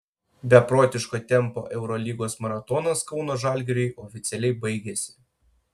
beprotiško tempo eurolygos maratonas kauno žalgiriui oficialiai baigėsi